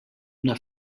una